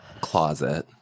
closet